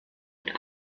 und